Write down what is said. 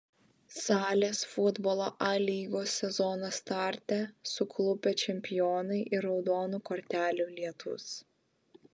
salės futbolo a lygos sezono starte suklupę čempionai ir raudonų kortelių lietus